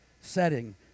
setting